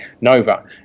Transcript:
Nova